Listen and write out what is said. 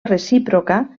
recíproca